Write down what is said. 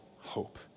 hope